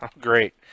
Great